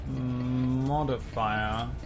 modifier